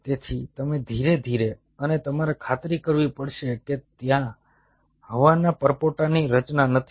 તેથી તમે ધીરે ધીરે અને તમારે ખાતરી કરવી પડશે કે ત્યાં હવાના પરપોટાની રચના નથી